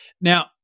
Now